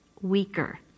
weaker